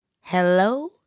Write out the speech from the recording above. Hello